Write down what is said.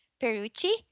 Perucci